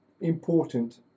important